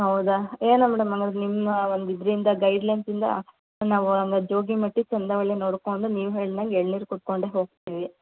ಹೌದಾ ಏನೋ ಮೇಡಮ್ ನಮಗೆ ನಿಮ್ಮ ಒಂದು ಇದರಿಂದ ಗೈಡ್ಲೈನ್ಸಿಂದ ನಾವು ಜೋಗಿಮಟ್ಟಿ ಚಂದ್ರವಳ್ಳಿ ನೋಡಿಕೊಂಡು ನೀವು ಹೇಳ್ದಂಗೆ ಎಳ್ನೀರು ಕುಡ್ಕೊಂಡೇ ಹೋಗ್ತೀವಿ